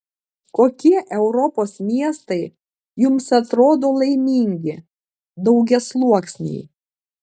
kokie europos miestai jums atrodo laimingi daugiasluoksniai